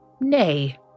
Nay